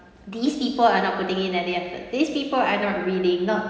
these people are not putting in any effort these people are not reading not